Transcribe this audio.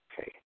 Okay